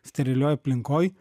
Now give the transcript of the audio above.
sterilioj aplinkoj